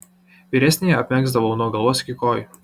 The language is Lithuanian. vyresnįjį apmegzdavau nuo galvos iki kojų